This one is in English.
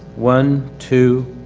one, two,